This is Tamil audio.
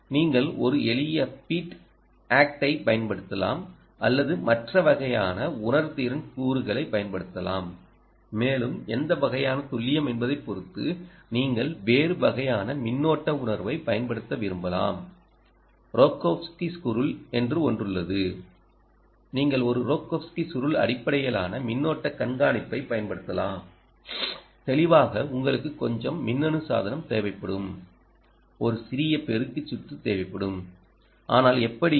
நீங்கள் ஒரு எளிய பீட் ACT ஐப் பயன்படுத்தலாம் அல்லது மற்ற வகையான உணர்திறன் கூறுகளைப் பயன்படுத்தலாம் மேலும் எந்த வகையான துல்லியம் என்பதைப் பொறுத்து நீங்கள் வேறு வகையான மின்னோட்ட உணர்வைப் பயன்படுத்த விரும்பலாம் ரோகோவ்ஸ்கி சுருள் என்று ஒன்று உள்ளது நீங்கள் ஒரு ரோகோவ்ஸ்கி சுருள் அடிப்படையிலான மின்னோட்ட கண்காணிப்பைப் பயன்படுத்தலாம் தெளிவாக உங்களுக்கு கொஞ்சம் மின்னணு சாதனம் தேவைப்படும் ஒரு சிறிய பெருக்கி சுற்று தேவைப்படும் ஆனால் எப்படியும்